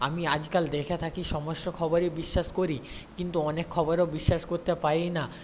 আমি আজকাল দেখে থাকি সমস্ত খবরই বিশ্বাস করি কিন্তু অনেক খবরও বিশ্বাস করতে পারি না